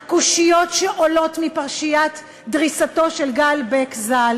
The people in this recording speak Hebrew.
הקושיות שעולות מפרשיית דריסתו של גל בק ז"ל